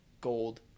gold